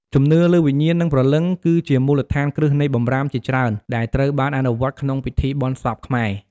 ជំនឿលើវិញ្ញាណ និងព្រលឹង គឺជាមូលដ្ឋានគ្រឹះនៃបម្រាមជាច្រើនដែលត្រូវបានអនុវត្តក្នុងពិធីបុណ្យសពខ្មែរ។